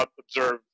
observed